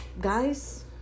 Guys